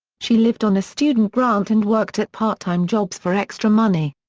she lived on a student grant and worked at part-time jobs for extra money.